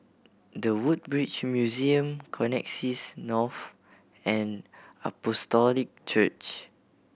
The Woodbridge Museum Connexis North and Apostolic Church